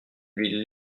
lui